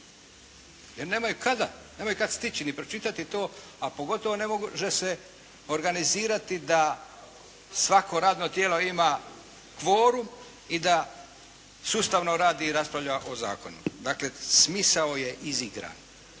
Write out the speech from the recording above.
Jer nemaju kada. Nemaju kad stići ni pročitati to, a pogotovo ne može se organizirati da svako radno tijelo ima kvorum i da sustavno radi i raspravlja o zakonima. Dakle, smisao je izigran,